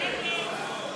הצעת סיעת מרצ